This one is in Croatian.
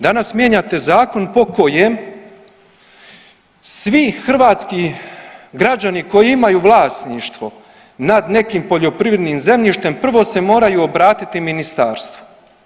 Danas mijenjate zakon po kojem svi hrvatski građani koji imaju vlasništvo nad nekim poljoprivrednim zemljištem prvo se moraju obratiti ministarstvu.